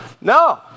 No